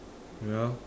ya